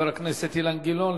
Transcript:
חבר הכנסת אילן גילאון.